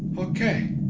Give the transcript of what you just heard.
okay,